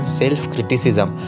self-criticism